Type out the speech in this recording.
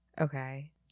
okay